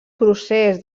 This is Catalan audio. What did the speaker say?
procés